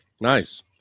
Nice